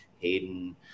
Hayden